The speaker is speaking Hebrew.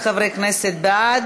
יוסף ג'בארין,